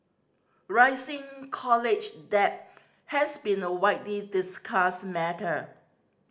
rising college debt has been a widely discussed matter